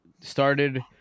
started